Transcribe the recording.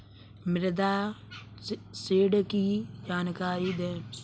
मुद्रा ऋण की जानकारी दें?